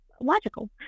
logical